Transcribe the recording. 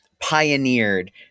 pioneered